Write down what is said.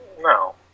No